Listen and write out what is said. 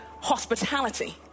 hospitality